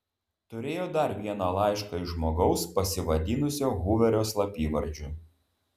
turėjo dar vieną laišką iš žmogaus pasivadinusio huverio slapyvardžiu